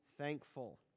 thankful